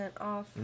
off